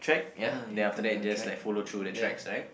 mmhmm then after that just like follow through the tracks right